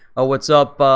ah what's up,